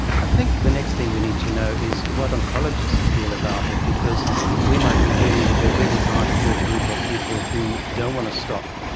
i think the next thing we need to know is what oncologists feel about it, because we might be dealing with a really hard-core group of people who don't want to stop.